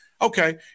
okay